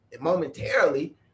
momentarily